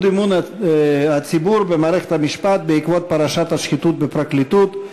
אמון הציבור במערכת המשפט בעקבות פרשת השחיתות בפרקליטות,